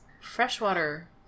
freshwater